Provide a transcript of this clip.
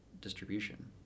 distribution